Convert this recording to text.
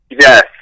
Yes